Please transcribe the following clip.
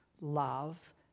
love